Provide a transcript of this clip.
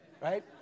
right